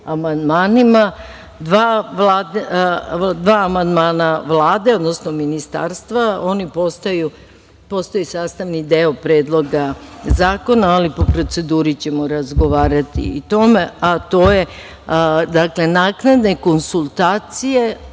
Dva amandmana Vlade, odnosno Ministarstva, oni postaju sastavni deo predloga zakona, ali po proceduri ćemo razgovarati o tome, ali to su naknadne konsultacije